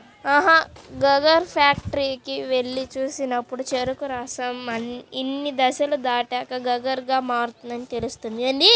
sugar ఫ్యాక్టరీకి వెళ్లి చూసినప్పుడు చెరుకు రసం ఇన్ని దశలు దాటాక షుగర్ గా మారుతుందని తెలుస్తుంది